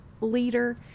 leader